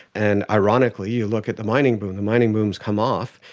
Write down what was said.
and ironically, you look at the mining boom, the mining boom has come off,